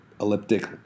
elliptic